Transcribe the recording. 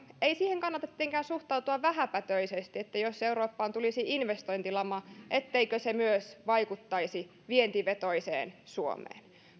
ei kannata tietenkään suhtautua vähäpätöisesti siihen että jos europpaan tulisi investointilama niin etteikö vaikuttaisi myös vientivetoiseen suomeen